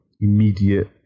immediate